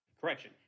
Correction